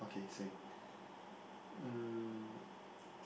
okay same um